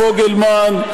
השופט פוגלמן,